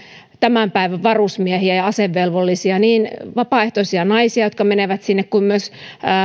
tämän päivän varusmiehiä ja asevelvollisia niin vapaaehtoisia naisia jotka menevät sinne kuin myös